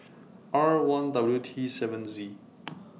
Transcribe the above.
R one W T seven E